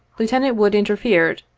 lieutenant wood interfered,